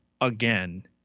again